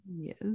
Yes